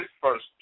first